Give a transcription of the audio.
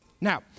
Now